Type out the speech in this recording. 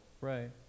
Right